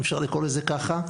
אם אפשר לקרוא לזה ככה.